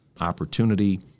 opportunity